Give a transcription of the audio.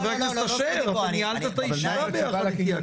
חבר הכנסת אשר, אתה ניהלת את הישיבה ביחד איתי.